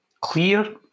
clear